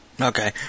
Okay